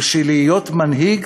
הוא שלהיות מנהיג